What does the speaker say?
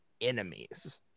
enemies